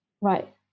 right